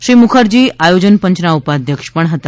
શ્રી મુખર્જી આયોજન પંચના ઉપાધ્યક્ષ પણ હતા